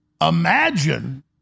imagine